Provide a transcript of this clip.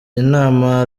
inama